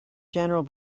general